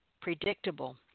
Predictable